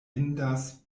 indas